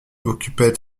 occupait